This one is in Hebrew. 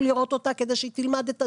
לראות אותה כדי שהיא תלמד את הדמויות.